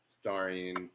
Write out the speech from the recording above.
starring